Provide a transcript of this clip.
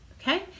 Okay